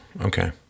Okay